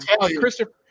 Christopher